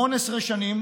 18 שנים